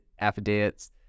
affidavits